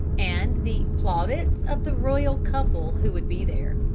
and the plaudits of the royal couple who would be there.